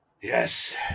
Yes